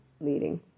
leading